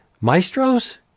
Maestro's